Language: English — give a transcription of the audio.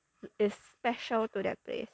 is special to that place